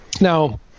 Now